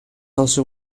also